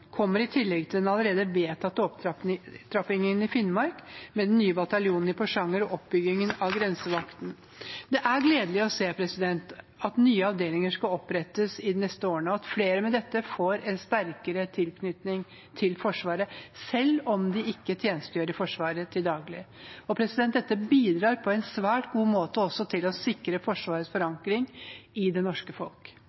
bataljonen i Porsanger og oppbyggingen av grensevakten. Det er gledelig å se at nye avdelinger skal opprettes de neste årene, og at flere med dette får en sterkere tilknytning til Forsvaret selv om de ikke tjenestegjør i Forsvaret til daglig. Dette bidrar på en svært god måte også til å sikre Forsvarets